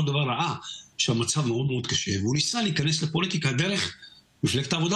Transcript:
רשות יושב-ראש הכנסת,